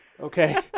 okay